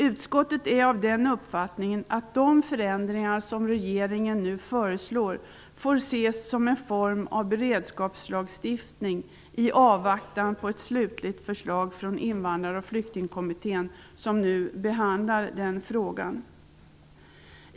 Utskottet är av den uppfattningen att de förändringar som regeringen nu föreslår får ses som en form av beredskapslagstiftning i avvaktan på ett slutligt förslag från Invandrar och flyktingkommittén, som nu behandlar den frågan.